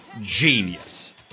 genius